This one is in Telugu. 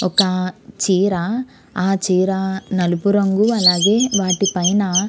ఒక చీర ఆ చీర నలుపు రంగు అలాగే వాటిపైన